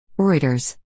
Reuters